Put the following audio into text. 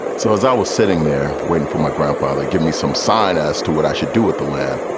so as i was sitting there waiting for my grandfather, give me some sign as to what i should do with the land.